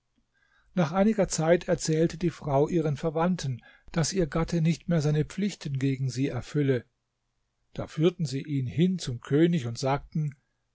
nach einiger zeit erzählte die frau ihren verwandten daß ihr gatte nicht mehr seine pflichten gegen sie erfülle da führten sie ihn hin zum könig und sagten